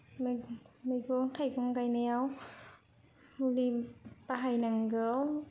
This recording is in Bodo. मैगं मैगं थाइगं गायनायाव मुलि बाहायनांगौ